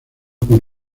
con